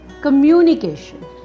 communication